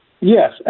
Yes